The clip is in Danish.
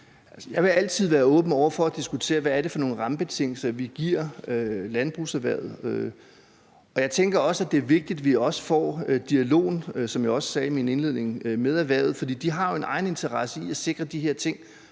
Jeg vil altid være åben over for at diskutere, hvad det er for nogle rammebetingelser, vi giver landbrugserhvervet, og jeg tænker også, at det er vigtigt, at vi får dialogen, som jeg også sagde i min indledning, med erhvervet. For de har jo en egeninteresse i at sikre, at de her ting